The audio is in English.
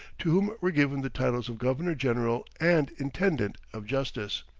to whom were given the titles of governor-general, and intendant of justice.